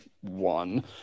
one